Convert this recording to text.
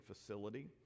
facility